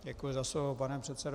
Děkuji za slovo, pane předsedo.